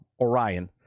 Orion